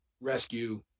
rescue